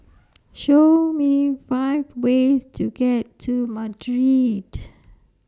Show Me five ways to get to Madrid